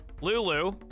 Lulu